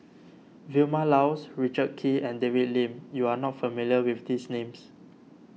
Vilma Laus Richard Kee and David Lim you are not familiar with these names